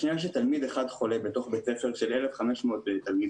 בשנייה שתלמיד אחד חולה בתוך בית ספר של 1,500 תלמידים,